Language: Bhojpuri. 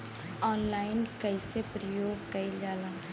ऑनलाइन के कइसे प्रयोग कइल जाला?